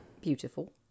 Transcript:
Beautiful